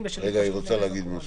למה הוא לא יכול להספיק פה?